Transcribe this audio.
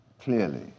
clearly